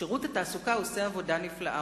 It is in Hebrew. שירות התעסוקה עושה עבודה נפלאה.